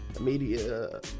media